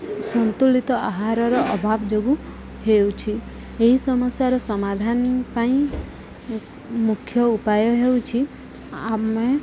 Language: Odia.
ସନ୍ତୁଳିତ ଆହାରର ଅଭାବ ଯୋଗୁଁ ହେଉଛି ଏହି ସମସ୍ୟାର ସମାଧାନ ପାଇଁ ମୁଖ୍ୟ ଉପାୟ ହେଉଛି ଆମେ